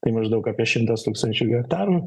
tai maždaug apie šimtas tūkstančių hektarų